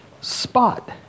spot